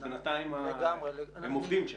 אז בינתיים הם עובדים שם.